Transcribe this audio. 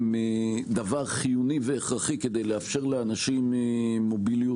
הם דבר חיוני והכרחי כדי לאפשר לאנשים מוביליות